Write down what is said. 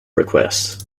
request